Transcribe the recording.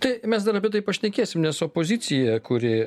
tai mes dar apie tai pašnekėsim nes opozicija kuri